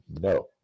no